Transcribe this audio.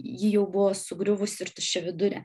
ji jau buvo sugriuvusi ir tuščiavidurė